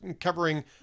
covering